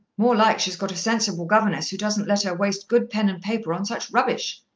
more like she's got a sensible governess who doesn't let her waste good pen and paper on such rubbish,